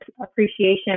appreciation